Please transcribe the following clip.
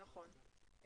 נכון.